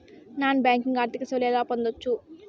Non banking ఆర్థిక సేవలు ఎలా పొందొచ్చు?